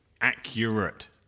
accurate